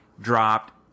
dropped